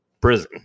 prison